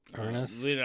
Ernest